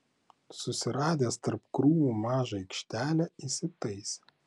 susiradęs tarp krūmų mažą aikštelę įsitaisė